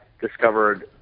discovered